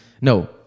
no